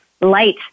light